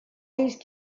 these